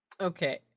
okay